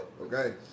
Okay